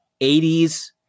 80s